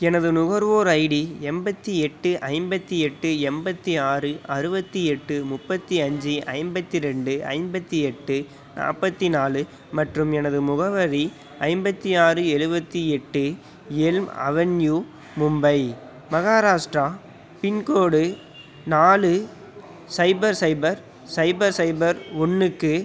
எனது நுகர்வோர் ஐடி எண்பத்தி எட்டு ஐம்பத்தி எட்டு எண்பத்தி ஆறு அறுபத்தி எட்டு முப்பத்தி அஞ்சு ஐம்பத்தி ரெண்டு ஐம்பத்தி எட்டு நாற்பத்தி நாலு மற்றும் எனது முகவரி ஐம்பத்தி ஆறு எழுவத்தி எட்டு elm avenue Mumbai Maharashtra pincode நாலு சைபர் சைபர் சைபர் சைபர் ஒன்றுக்கு